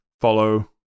follow